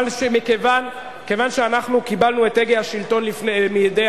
אבל כיוון שקיבלנו את הגה השלטון מידי